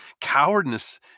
Cowardness